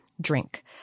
drink